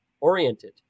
oriented